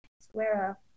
Square